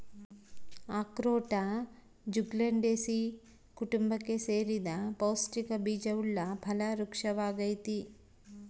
ಅಖ್ರೋಟ ಜ್ಯುಗ್ಲಂಡೇಸೀ ಕುಟುಂಬಕ್ಕೆ ಸೇರಿದ ಪೌಷ್ಟಿಕ ಬೀಜವುಳ್ಳ ಫಲ ವೃಕ್ಪವಾಗೈತಿ